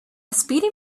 speedy